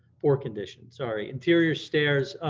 poor condition. sorry, interior stairs,